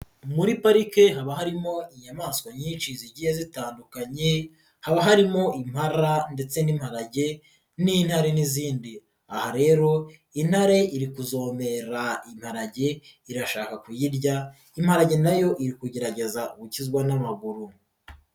Muri parike haba harimo inyamaswa nyinshi zigiye zitandukanye haba harimo impara ndetse n'imparage n'intare n'izindi, aha rero intare iri kuzomera imparage irashaka kuyirya, imparage na yo iri kugerageza gukizwa n'amaguru.